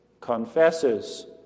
confesses